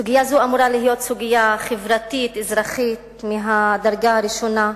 סוגיה זו אמורה להיות סוגיה חברתית-אזרחית מהדרגה הראשונה.